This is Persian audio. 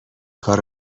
کار